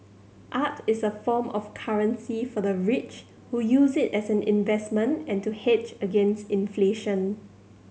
art is a form of currency for the rich who use it as an investment and to hedge against inflation